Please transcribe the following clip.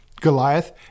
Goliath